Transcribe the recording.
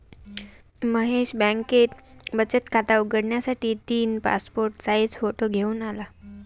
महेश बँकेत बचत खात उघडण्यासाठी तीन पासपोर्ट साइज फोटो घेऊन आला